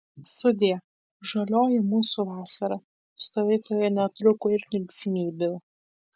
sudie žalioji mūsų vasara stovykloje netrūko ir linksmybių